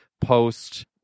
post